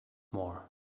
more